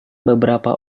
beberapa